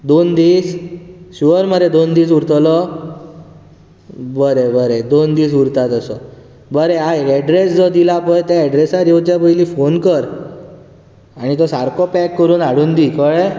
दोन दीस शुर मरे दोन दीस उरतलो बरें बरें दोन दीस उरता तसो बरें आयक ऐड्रेस जो दिला पळय त्या ऐड्रेसार येवच्या पयली फोन कर आनी तो सारको पैक करून हाडून दी कळ्ळें